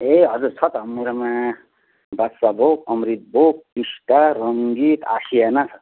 ए हजुर छ त मेरोमा बासाभोग अमृतभोग टिस्टा रङ्गीत आसियाना छ